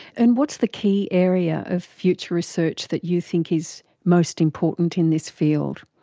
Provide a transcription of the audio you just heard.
and what's the key area of future research that you think is most important in this field?